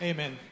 Amen